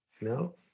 No